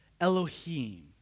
Elohim